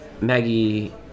Maggie